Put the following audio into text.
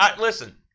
Listen